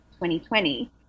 2020